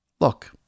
Look